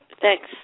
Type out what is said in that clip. Thanks